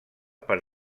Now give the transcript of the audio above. per